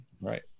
Right